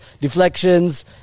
deflections